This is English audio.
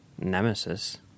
Nemesis